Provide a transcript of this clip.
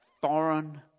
foreign